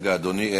רגע, אדוני.